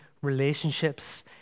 relationships